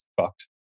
fucked